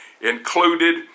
included